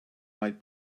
might